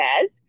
says